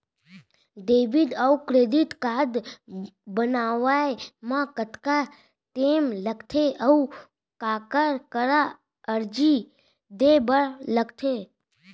Debit अऊ credit card बनवाए मा कतका टेम लगथे, अऊ काखर करा अर्जी दे बर लगथे?